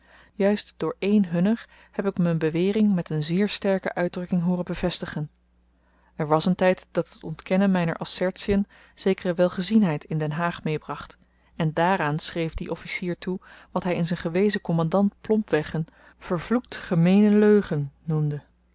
juist door een hunner heb ik m'n bewering met n zeer sterke uitdrukking hooren bevestigen er was n tyd dat het ontkennen myner assertien zekere welgezienheid in den haag meebracht en dààraan schreef die officier toe wat hy in z'n gewezen kommandant plompweg n vervloekt gemeene leugen noemde